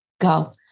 go